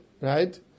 right